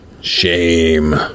Shame